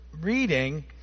reading